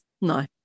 No